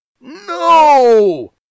No